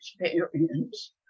experience